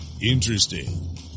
interesting